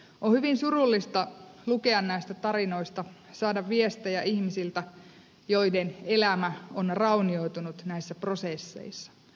on hyvin surullista lukea näitä tarinoita saada viestejä ihmisiltä joiden elämä on raunioitunut näissä prosesseissa